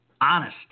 Honest